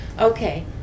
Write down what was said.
Okay